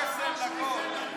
עשר דקות.